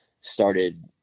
started